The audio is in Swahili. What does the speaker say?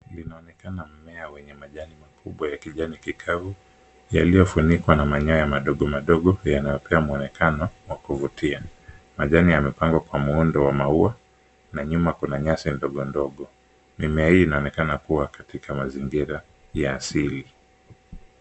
Inaonekana mmea wenye majani makubwa ya kijani kikavu, yaliyofunikwa na manyoa madogo madogo yanayopea mwonekano wa kuvutia. Majani yamepangwa kwa muundo wa maua na nyuma kuna nyasi ndogo ndogo. Mimea hii inaonekana kuwa katika mazingira ya asili.